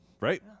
right